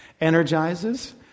Energizes